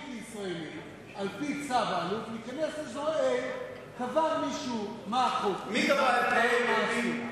לפחות תביא אותו בחזרה לניו-דלהי ותעביר אותו לכלא שם,